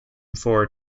for